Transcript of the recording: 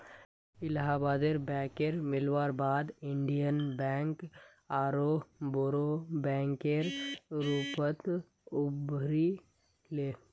इलाहाबाद बैकेर मिलवार बाद इन्डियन बैंक आरोह बोरो बैंकेर रूपत उभरी ले